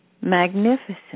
magnificent